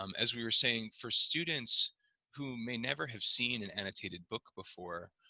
um as we were saying, for students who may never have seen an annotated book before